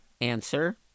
Answer